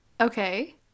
Okay